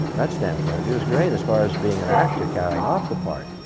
that standpoint of view was great. as far as being an actor carrying off the part,